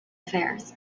affairs